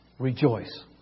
Rejoice